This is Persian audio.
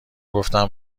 گفتم